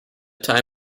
time